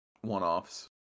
one-offs